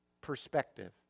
perspective